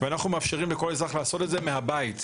ואנחנו מאפשרים לכול אזרח לעשות את זה מהבית,